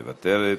מוותרת.